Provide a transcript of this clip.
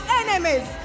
enemies